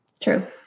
true